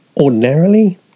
Ordinarily